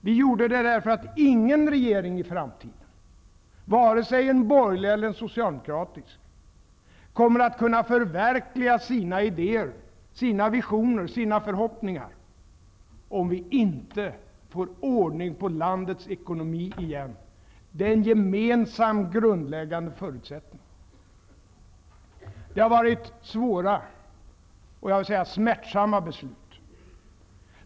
Vi gjorde det därför att ingen regering i framtiden — vare sig en borgerlig eller en socialdemokratisk — kommer att kunna förverkliga sina idéer, sina visioner, sina förhoppningar om vi inte får ordning på landets ekonomi igen. Det är en gemensam grundläggande förutsättning. Det har varit svåra och smärtsamma beslut.